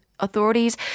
authorities